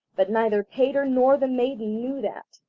but neither peter nor the maiden knew that.